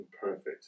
perfect